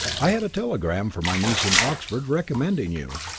i had a telegram from my niece in oxford recommending you.